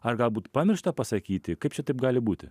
ar galbūt pamiršta pasakyti kaip čia taip gali būti